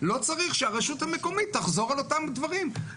ולא צריך שהרשות המקומית תחזור על אותם דברים.